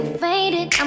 faded